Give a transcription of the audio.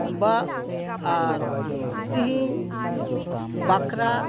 ᱵᱟ ᱟᱨ ᱛᱤᱦᱤᱧ ᱵᱟᱠᱷᱨᱟ